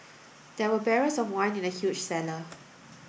there were barrels of wine in the huge cellar